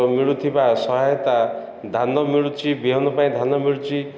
ମିଳୁଥିବା ସହାୟତା ଧାନ ମିଳୁଛି ବିହନ ପାଇଁ ଧାନ ମିଳୁଛି